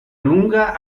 lunga